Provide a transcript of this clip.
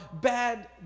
bad